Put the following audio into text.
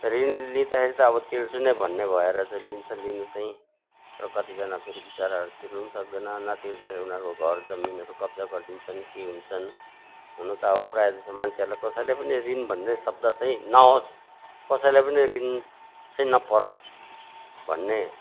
ऋण लिँदाखेरि त अब तिर्छु नै भन्ने भएर चाहिँ लिन्छ लिनु चाहिँ र कतिजना फेरि बिचाराहरू तिर्नु पनि सक्दैन नतिर्दाखेरि उनीहरूको घर जमिनहरू कब्जा गरिदिन्छन् के हुन्छन् हुनु त अब प्रायः जस्तो मान्छेहरूलाई कसैलाई पनि ऋण भन्ने शब्द चाहिँ नहोस् कसैलाई पनि ऋण चाहिँ नपरोस् भन्ने